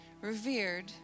revered